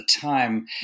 time